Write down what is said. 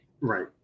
Right